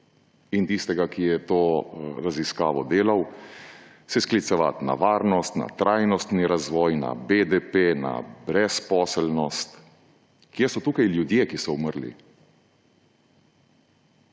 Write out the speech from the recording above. in tistega, ki je to raziskavo delal, se sklicevati na varnost, na trajnostni razvoj, na BDP, na brezposelnost. Kje so tukaj ljudje, ki so umrli?